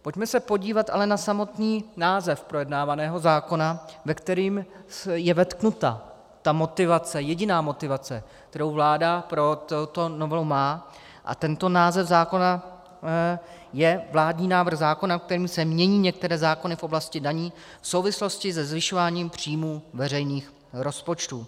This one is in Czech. Pojďme se podívat ale na samotný název projednávaného zákona, ve kterém je vetknuta ta motivace, jediná motivace, kterou vláda pro tuto novelu má, a tento název zákona je vládní návrh zákona, kterým se mění některé zákony v oblasti daní v souvislosti se zvyšováním příjmů veřejných rozpočtů.